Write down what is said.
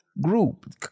group